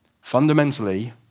Fundamentally